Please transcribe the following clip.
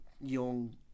young